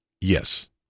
Yes